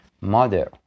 Mother